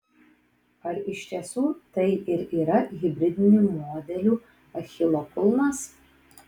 ar iš tiesų tai ir yra hibridinių modelių achilo kulnas